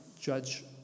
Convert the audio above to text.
judge